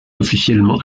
officiellement